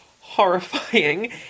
horrifying